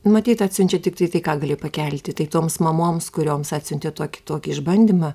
matyt atsiunčia tiktai tai ką gali pakelti tai toms mamoms kurioms atsiuntė tokį tokį išbandymą